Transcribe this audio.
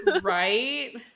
Right